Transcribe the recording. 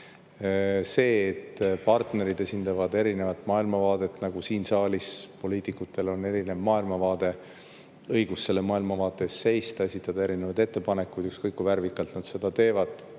See, et partnerid esindavad eri maailmavaadet – nagu siin saalis poliitikutel on erinev maailmavaade ja neil on õigus selle maailmavaate eest seista, esitada eri ettepanekuid, ükskõik kui värvikalt nad seda teevad,